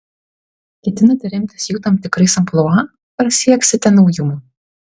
ketinate remtis jų tam tikrais amplua ar sieksite naujumo